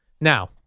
Now